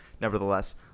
nevertheless